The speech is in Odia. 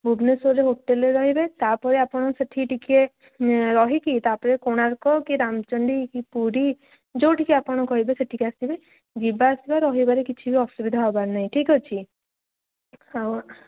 ଭୁବନେଶ୍ୱରରେ ହୋଟେଲରେ ରହିବେ ତା'ପରେ ଆପଣ ସେଠିକି ଟିକେ ରହିକି ତା'ପରେ କୋଣାର୍କ କି ରାମଚଣ୍ଡୀ କି ପୁରୀ ଯେଉଁଠି କି ଆପଣ କହିବେ ସେଠିକି ଆସିବେ ଯିବା ଆସିବା ରହିବାରେ କିଛି ବି ଅସୁବିଧା ହେବାର ନାହିଁ ଠିକ୍ ଅଛି ଆଉ